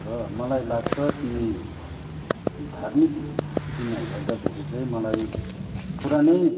र मलाई लाग्छ कि धार्मिक स्थितिमा हेर्दाखेरि चाहिँ मलाई पुरानै